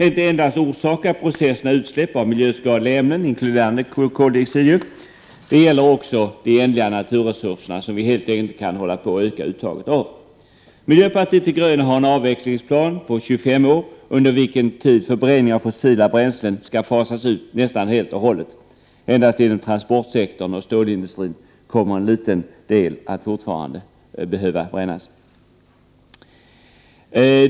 Det är inte bara det att processerna orsakar utsläpp av miljöskadliga ämnen inkluderande koldioxid; det är också fråga om ändliga naturresurser, som vi helt enkelt inte kan hålla på och öka uttaget av. Miljöpartiet de gröna har en avvecklingsplan på 25 år, under vilken tid förbränning av fossila bränslen skall fasas ut nästan helt och hållet. Endast inom transportsektorn och stålindustrin kommer en liten del att fortfarande behöva brännas.